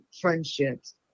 friendships